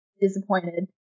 disappointed